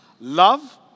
Love